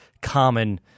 common